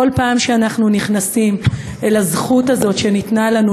בכל פעם שאנחנו נכנסים אל הזכות הזאת שניתנה לנו,